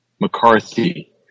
McCarthy